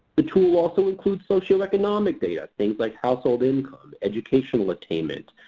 the tool also includes socioeconomic data, things like household income, educational attainment,